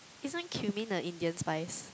isn't cumin a Indian spice